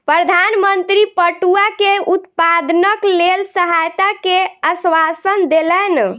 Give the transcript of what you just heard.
प्रधान मंत्री पटुआ के उत्पादनक लेल सहायता के आश्वासन देलैन